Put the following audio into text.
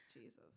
Jesus